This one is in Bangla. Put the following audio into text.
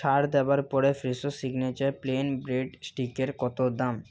ছাড় দেওয়ার পরে ফ্রেশো সিগনেচার প্লেন ব্রেড স্টিকের কত দাম